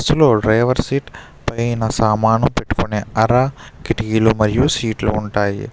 bus లో driver seat పైన సామాను పెట్టుకునే అర కిటికీలు మరియు సీట్లు ఉంటాయి